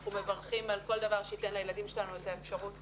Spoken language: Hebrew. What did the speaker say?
אנחנו מברכים על כל דבר שייתן לילדים שלנו את האפשרות